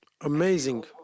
Amazing